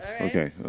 Okay